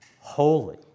holy